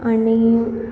आणि